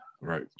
Right